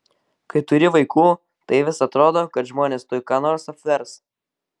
kai turi vaikų tai vis atrodo kad žmonės tuoj ką nors apvers